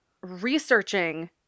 researching